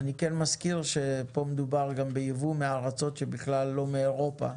אני כן מזכיר שפה מדובר גם בייבוא מארצות שבכלל לא מאירופה.